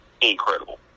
incredible